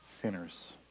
sinners